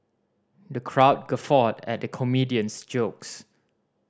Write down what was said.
the crowd guffawed at the comedian's jokes